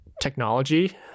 technology